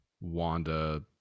Wanda